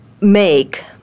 make